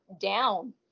down